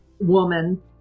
woman